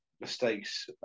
mistakes